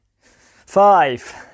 Five